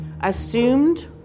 assumed